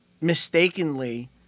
mistakenly